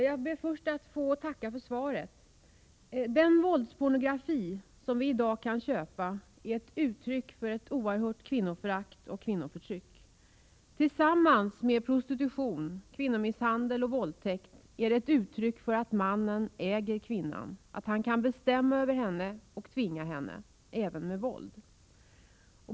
Herr talman! Först ber jag att få tacka för svaret. Den våldspornografi som vi i dag kan köpa är ett uttryck för ett oerhört kvinnoförakt och kvinnoförtryck. Tillsammans med prostitution, kvinnomisshandel och våldtäkt är den ett uttryck för att mannen äger kvinnan, att han kan bestämma över henne och tvinga henne, även med våld.